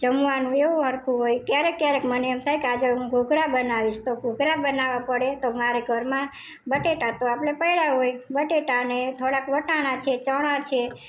જમવાનું એવું સરખું હોય ક્યારેક ક્યારેક મને એમ થાય કે આજે હું ઢોકળા બનાવીશ તો ઢોકળા બનાવા પડે તો મારે ઘરમાં બટાકા તો આપણે પડ્યા હોય બટાકાને થોડાક વટાણા છે ચણા છે